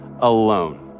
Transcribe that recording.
alone